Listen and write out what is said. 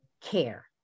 care